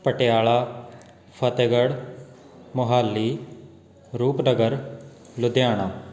Patiala Fatehgarh Mohali Rupnagar Ludhiana